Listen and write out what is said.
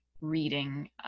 reading